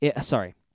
Sorry